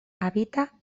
habita